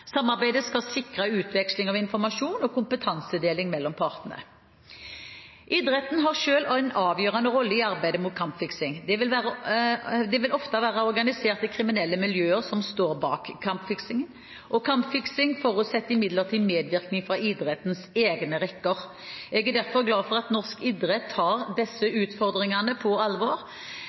Samarbeidet skal sikre utveksling av informasjon og kompetansedeling mellom partene. Idretten har selv en avgjørende rolle i arbeidet mot kampfiksing. Det vil ofte være organiserte kriminelle miljøer som står bak kampfiksingen. Kampfiksing forutsetter imidlertid medvirkning fra idrettens egne rekker. Jeg er derfor glad for at norsk idrett tar disse utfordringene på alvor.